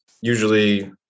Usually